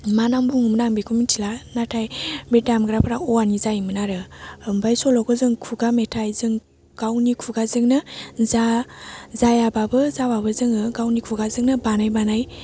मा नाम बुङोमोनआं बेखौ मिथिला नाथाइ बे दामग्राफ्रा औवानि जायोमोन आरो बै सल'खौ जोङो खुगा मेथाइ जों गावनि खुगाजोंनो जायाबाबो जाबाबो जोङो गावनि खुगाजोंनो बानाय बानाय